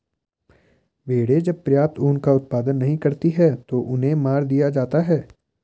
भेड़ें जब पर्याप्त ऊन का उत्पादन नहीं करती हैं तो उन्हें मार दिया जाता है